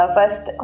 First